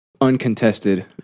uncontested